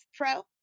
pro